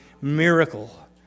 miracle